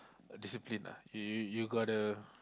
discipline lah you you got the